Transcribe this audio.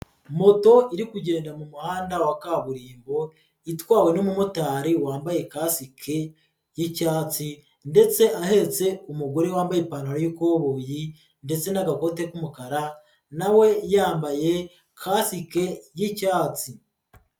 Moto iri kugenda mu muhanda wa kaburimbo itwawe n'umumotari wambaye kasike y'icyatsi ndetse ahetse umugore wambaye ipantaro y'ikoboyi ndetse n'agakote k'umukara na we yambaye kasike y'icyatsi.